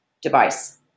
device